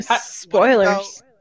Spoilers